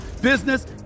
business